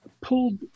pulled